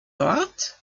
dort